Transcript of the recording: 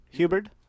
Hubbard